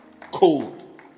cold